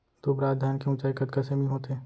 दुबराज धान के ऊँचाई कतका सेमी होथे?